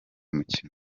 mukino